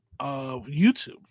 YouTube